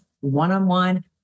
one-on-one